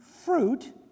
fruit